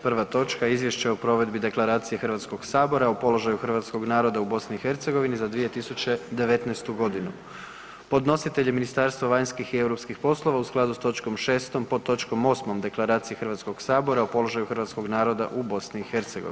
Prva točka: - Izvješće o provedbi Deklaracije Hrvatskoga sabora o položaju hrvatskog naroda u Bosni i Hercegovini za 2019. godinu Podnositelj je Ministarstvo vanjskih i europskih poslova u skladu s točkom 6. pod točkom 8. Deklaracije HS o položaju hrvatskog naroda u BiH.